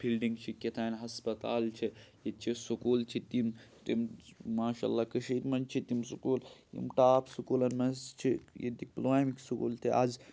پھیٖلڈِنٛگ چھِ کیٛاتھانۍ ہَسپَتال چھِ ییٚتہِ چھِ سکوٗل چھِ تِم تِم ماشاءاللہ کٔشیٖرِ منٛز چھِ تِم سکوٗل یِم ٹاپ سکوٗلَن منٛز چھِ ییٚتِکۍ پُلوامِکۍ سکوٗل تہِ آز